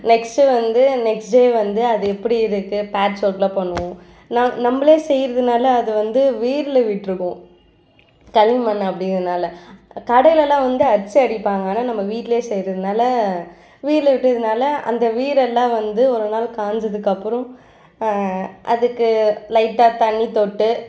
next வந்து next day வந்து அது எப்படி இருக்குது பேட்ச் ஒர்க்லாம் பண்ணுவோம் நான் நம்மளே செய்கிறதுனால அது வந்து வீர்ல விட்டிருக்கும் களிமண் அப்படிங்கிறதுனால கடையிலலாம் வந்து அச்சடிப்பாங்கள் ஆனால் நம்ம வீட்டிலே செய்கிறதுனால வீர்ல விட்டதனால் அந்த வீர் எல்லாம் வந்து ஒரு நாள் காஞ்சதுக்கு அப்புறம் அதுக்கு லைட்டாக தண்ணி தொட்டு